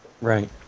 Right